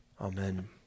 Amen